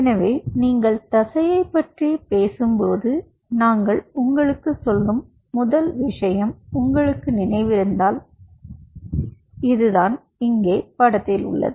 எனவே நீங்கள் தசையைப் பற்றி பேசும்போது நாங்கள் உங்களுக்குச் சொன்ன முதல் விஷயம் உங்களுக்கு நினைவிருந்தால் இதுதான் இங்கே படத்தில் உள்ளது